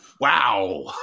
wow